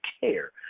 care